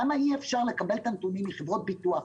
למה אי אפשר לקבל את הנתונים מחברות ביטוח,